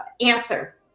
answer